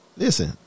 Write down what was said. Listen